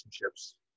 relationships